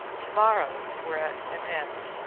to-morrows were at an end.